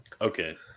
okay